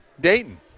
Dayton